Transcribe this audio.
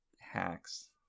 hacks